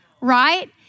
right